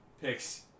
picks